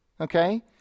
Okay